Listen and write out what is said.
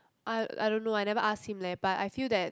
I I don't know I never ask him leh but I feel that